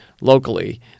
locally